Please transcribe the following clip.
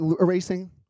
erasing